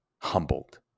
humbled